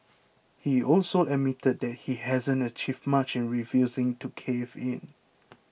he also admitted that he hasn't achieved much in refusing to cave in